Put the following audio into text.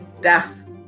death